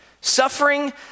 Suffering